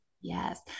Yes